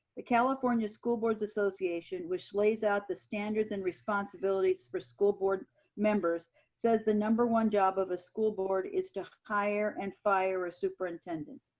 the california school board association which lays out the standards and responsibilities for school board member says the number one job of a school board is to hire and fire a superintendent.